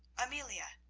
amelia,